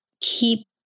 keep